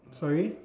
sorry